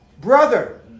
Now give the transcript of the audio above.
Brother